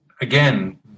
again